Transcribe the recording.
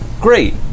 great